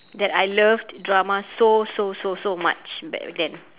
that I loved drama so so so so much back then